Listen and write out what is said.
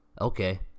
Okay